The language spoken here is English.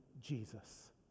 Jesus